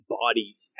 bodies